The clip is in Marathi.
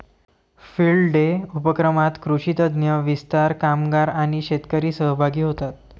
फील्ड डे उपक्रमात कृषी तज्ञ, विस्तार कामगार आणि शेतकरी सहभागी होतात